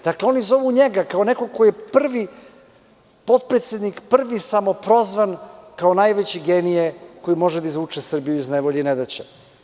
Dakle, oni zovu njega kao nekog ko je prvi potpredsednik, prvi samoprozvan kao najveći genije koji može da izvuče Srbiju iz nevolje i nedaće.